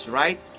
right